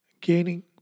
gaining